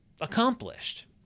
accomplished